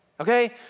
Okay